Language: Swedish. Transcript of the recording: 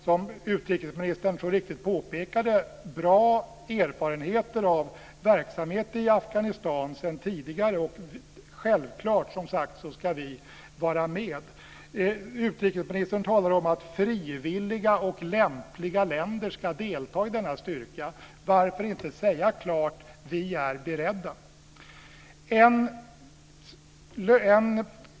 Som utrikesministern så riktigt påpekade har vi sedan tidigare bra erfarenheter av verksamhet i Afghanistan, och självklart ska vi, som sagt, vara med. Utrikesministern talar om att frivilliga och lämpliga länder ska delta i denna styrka. Varför inte säga klart att vi är beredda?